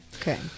okay